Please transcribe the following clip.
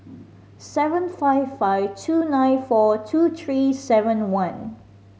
seven five five two nine four two three seven one